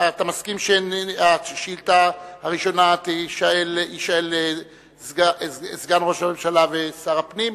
אתה מסכים שבשאילתא הראשונה יישאל סגן ראש הממשלה ושר הפנים?